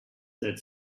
that